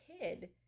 kid